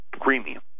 premium